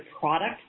product